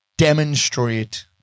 Demonstrate